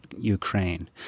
Ukraine